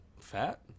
fat